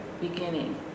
beginning